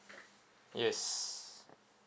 yes